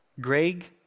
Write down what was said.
Greg